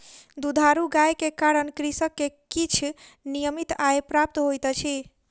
दुधारू गाय के कारण कृषक के किछ नियमित आय प्राप्त होइत अछि